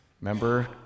Remember